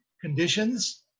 conditions